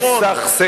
לסכ-סך.